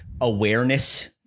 awareness